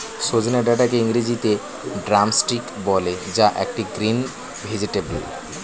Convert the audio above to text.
সজনে ডাটাকে ইংরেজিতে ড্রামস্টিক বলে যা একটি গ্রিন ভেজেটাবেল